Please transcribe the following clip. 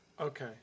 Okay